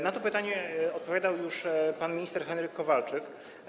Na to pytanie odpowiadał już pan minister Henryk Kowalczyk.